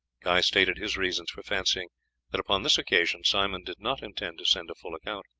guy stated his reasons for fancying that upon this occasion simon did not intend to send a full account.